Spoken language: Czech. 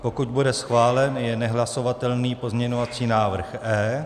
Pokud bude schválen, je nehlasovatelný pozměňovací návrh E.